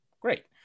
great